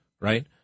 right